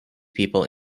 people